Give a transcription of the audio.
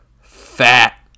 fat